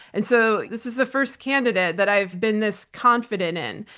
and so, this is the first candidate that i've been this confident in,